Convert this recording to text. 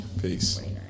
peace